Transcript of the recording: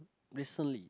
recently